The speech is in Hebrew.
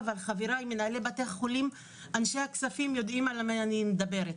אבל חבריי מנהלי בתי החולים ואנשי הכספים יודעים על מה אני מדברת.